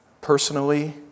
personally